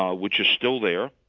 um which is still there.